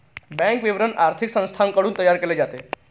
bank विवरण आर्थिक संस्थांकडून तयार केले जाते